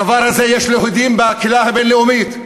לדבר הזה יש הדים בקהילה הבין-לאומית,